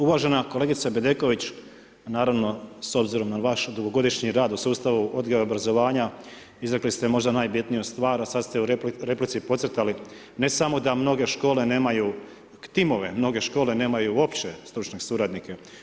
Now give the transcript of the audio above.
Uvažena kolegice Bedeković, naravno s obzirom na vaš dugogodišnji rad u sustavu odgoja i obrazovanja izrekli ste možda najbitniju stvar a sada ste u replici podcrtali ne samo da mnoge škole nemaju timove, mnoge škole nemaju uopće stručne suradnike.